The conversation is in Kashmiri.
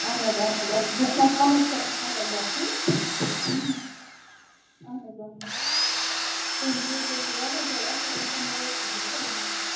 اہَن حظ اہَن حظ اَتھ چھِ بِسماہ صمد چھُ اَتھ ناو لیکھُن اہَن حظ اہَن حظ تُہُنٛد کیک حظ چھُ واریاہ زیادٕ اَصٕل آسان تَوَے چھَس بہٕ تُہی نِش نِوان